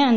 and